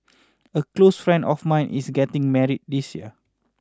a close friend of mine is getting married this year